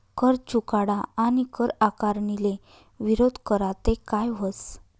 कर चुकाडा आणि कर आकारणीले विरोध करा ते काय व्हस